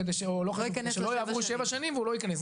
כדי שלא יעברו שבע שנים והוא לא יכנס.